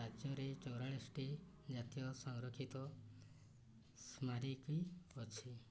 ରାଜ୍ୟରେ ଚୋଉରାଳିସ୍ଟି ଜାତୀୟ ସଂରକ୍ଷିତ ସ୍ମାରକୀ ଅଛି